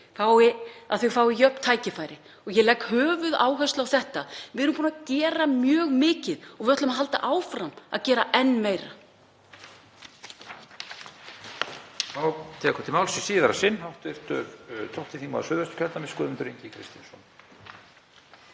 Íslandi fái jöfn tækifæri og ég legg höfuðáherslu á það. Við erum búin að gera mjög mikið og við ætlum að halda áfram að gera enn meira.